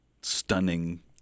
stunning